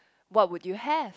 what would you have